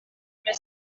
més